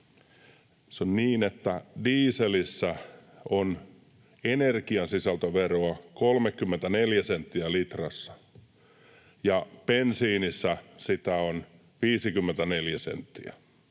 dieselissä on energiasisältöveroa 34 senttiä litrassa ja bensiinissä sitä on 54 senttiä